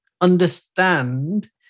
understand